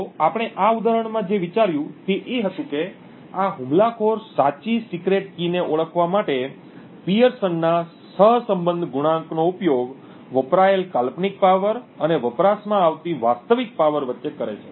તો આપણે આ ઉદાહરણમાં જે વિચાર્યું તે એ હતું કે આ હુમલાખોર સાચી સિક્રેટ કી ને ઓળખવા માટે pearson ના સહસંબંધ ગુણાંકનો ઉપયોગ વપરાયેલ કાલ્પનિક પાવર અને વપરાશમાં આવતી વાસ્તવિક પાવર વચ્ચે કરે છે